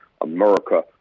America